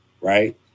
right